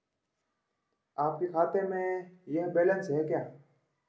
आपके खाते में यह बैलेंस है क्या?